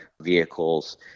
vehicles